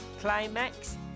climax